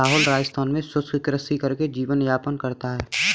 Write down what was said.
राहुल राजस्थान में शुष्क कृषि करके जीवन यापन करता है